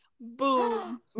Boom